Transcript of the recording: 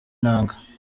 inanga